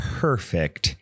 perfect